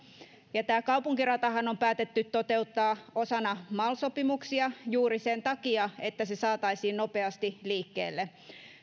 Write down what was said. ja tämä kaupunkiratahan on päätetty toteuttaa osana mal sopimuksia juuri sen takia että se saataisiin nopeasti liikkeelle